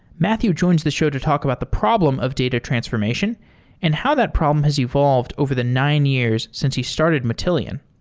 matthew joins the show to talk about the problem of data transformation and how that problem has evolved over the nine years since he started matillion.